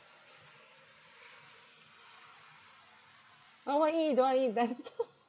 uh want to eat don't want to eat then